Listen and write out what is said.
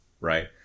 right